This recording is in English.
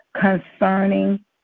concerning